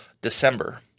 December